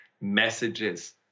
messages